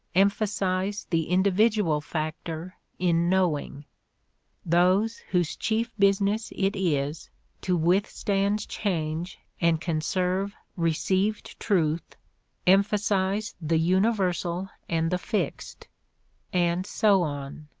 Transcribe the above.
emphasize the individual factor in knowing those whose chief business it is to withstand change and conserve received truth emphasize the universal and the fixed and so on.